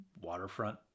waterfront